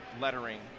lettering